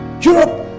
Europe